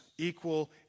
equal